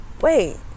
wait